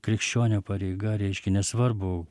krikščionio pareiga reiškia nesvarbu